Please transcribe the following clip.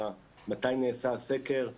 מדינת ישראל היא אחת המדינות שמורים בעצמם למדו מרחוק,